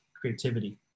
creativity